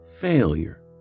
failure